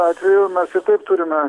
atveju mes ir taip turime